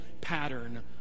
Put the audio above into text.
pattern